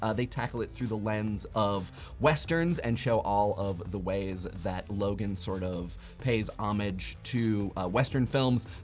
ah they tackle it through the lens of westerns and show all of the ways that logan sort of pays homage to western films.